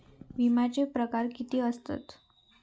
विमाचे प्रकार किती असतत?